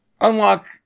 unlock